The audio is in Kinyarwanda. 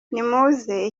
nimuze